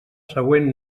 següent